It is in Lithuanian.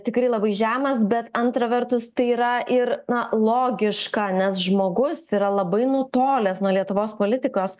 tikrai labai žemas bet antra vertus tai yra ir na logiška nes žmogus yra labai nutolęs nuo lietuvos politikos